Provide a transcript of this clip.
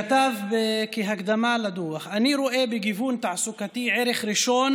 הוא כתב כהקדמה לדוח: אני רואה בגיוון תעסוקתי ערך ראשון